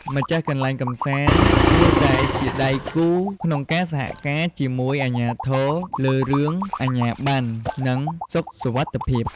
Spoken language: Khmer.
ម្ចាស់កន្លែងកម្សាន្ត គួរតែជាដៃគូក្នុងការសហការជាមួយអាជ្ញាធរ លើរឿង អាជ្ញាប័ណ្ណ និងសុខសុវត្ថិភាព។